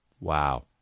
Wow